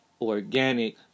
organic